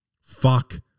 Fuck